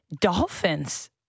Dolphins